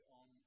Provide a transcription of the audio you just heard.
on